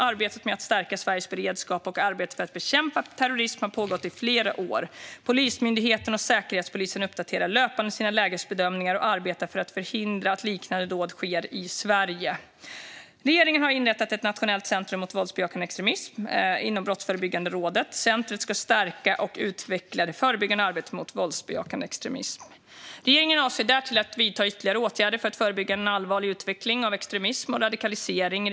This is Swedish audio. Arbetet med att stärka Sveriges beredskap och arbetet för att bekämpa terrorism har pågått i flera år. Polismyndigheten och Säkerhetspolisen uppdaterar löpande sina lägesbedömningar och arbetar för att förhindra att liknande dåd sker i Sverige. Regeringen har inrättat ett nationellt center mot våldsbejakande extremism inom Brottsförebyggande rådet. Centret ska stärka och utveckla det förebyggande arbetet mot våldsbejakande extremism. Regeringen avser därtill att vidta ytterligare åtgärder för att förebygga en allvarlig utveckling av extremism och radikalisering.